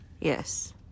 Yes